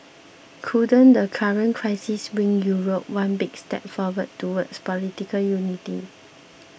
couldn't the current crisis bring Europe one big step forward towards political unity